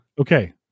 Okay